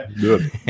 good